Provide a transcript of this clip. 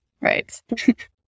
Right